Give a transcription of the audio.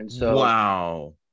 Wow